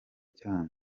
cyanyu